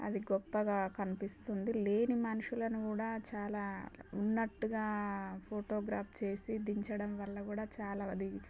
అది గొప్పగా కనిపిస్తుంది లేని మనుషులను కూడా చాలా ఉన్నట్టుగా ఫోటోగ్రాఫ్ చేసి దించడం వల్ల కూడా చాలా అది